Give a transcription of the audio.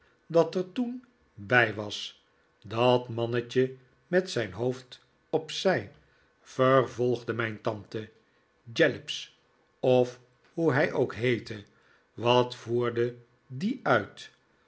dat er toen bij was dat mannetje met zijn hoofd dp zij vervolgde mijn tante jellips of hoe hij ook heette wat voerde die uit